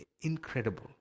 incredible